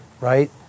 right